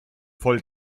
voll